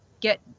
get